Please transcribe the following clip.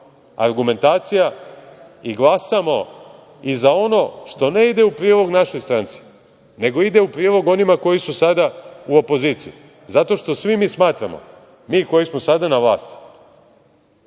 argumentacija i glasamo i za ono što ne ide u prilog našoj stranci, nego ide u prilog koji su sada u opoziciji, zato što mi svi smatramo, mi koji smo sada na vlasti,